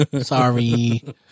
Sorry